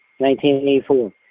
1984